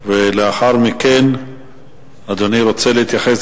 ולאחר מכן אדוני רוצה להתייחס,